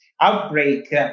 outbreak